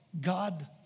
God